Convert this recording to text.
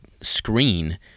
screen